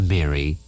Mary